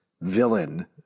villain